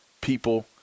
people